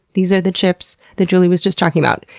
these are the chips that julie was just talking about.